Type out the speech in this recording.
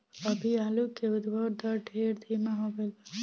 अभी आलू के उद्भव दर ढेर धीमा हो गईल बा